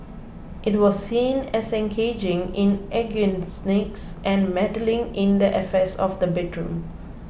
it was seen as engaging in eugenics and meddling in the affairs of the bedroom